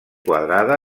quadrada